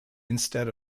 instead